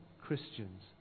Christians